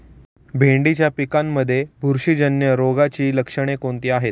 भेंडीच्या पिकांमध्ये बुरशीजन्य रोगाची लक्षणे कोणती आहेत?